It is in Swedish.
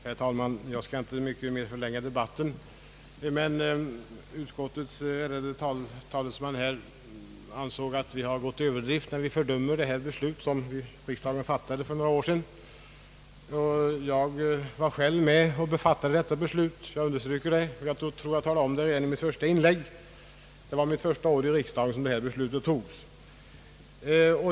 Herr talman! Jag skall inte mycket mer förlänga debatten. Utskottets ärade talesman ansåg att vi har gått till överdrift när vi för dömer det beslut som riksdagen fattade för några år sedan. Jag var själv med att fatta detta beslut; jag tror att jag nämnde det i mitt första inlägg. Det var under mitt första år i riksdagen som beslutet togs.